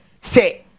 say